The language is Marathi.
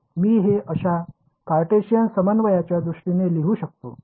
मी हे अशा कार्टेशियन समन्वयांच्या दृष्टीने लिहू शकतो ठीक